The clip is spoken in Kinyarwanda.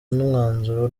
n’umwanzuro